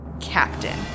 Captain